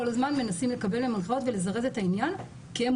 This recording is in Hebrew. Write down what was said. כל הזמן מנסים לקבל הנחיות ולזרז את העניין כי הם